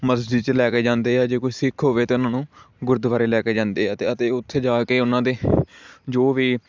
ਮਸਜਿਦ 'ਚ ਲੈ ਕੇ ਜਾਂਦੇ ਆ ਜੇ ਕੋਈ ਸਿੱਖ ਹੋਵੇ ਤਾਂ ਉਨ੍ਹਾਂ ਨੂੰ ਗੁਰਦੁਆਰੇਰੇ ਲੈ ਕੇ ਜਾਂਦੇ ਆ ਅਤੇ ਅਤੇ ਉੱਥੇ ਜਾ ਕੇ ਉਨ੍ਹਾਂ ਦੇ ਜੋ ਵੀ